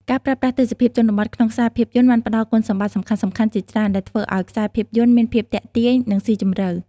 ការប្រើប្រាស់ទេសភាពជនបទក្នុងខ្សែភាពយន្តបានផ្តល់គុណសម្បត្តិសំខាន់ៗជាច្រើន ដែលធ្វើឲ្យខ្សែភាពយន្តមានភាពទាក់ទាញ និងស៊ីជម្រៅ។